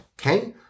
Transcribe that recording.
okay